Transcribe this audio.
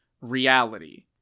reality